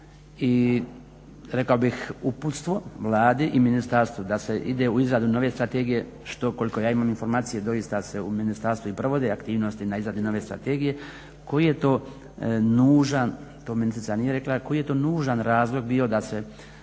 i rekao bih uputstvo Vladi i ministarstvu da se ide u izradu nove strategije što koliko ja imam informacije doista se u ministarstvu i provode aktivnosti na izradi nove strategije, koji je to nužan, to ministrica nije rekla, koji je to nužan razlog bio da se,